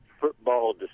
football